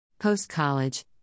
Post-college